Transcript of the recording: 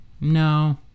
No